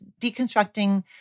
deconstructing